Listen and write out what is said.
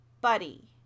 Buddy